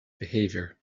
behavior